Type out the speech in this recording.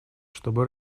чтобы